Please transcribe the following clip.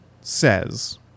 says